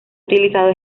utilizado